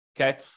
okay